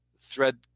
thread